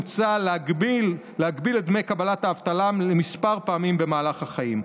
מוצע להגביל את קבלת דמי האבטלה לכמה פעמים במהלך החיים.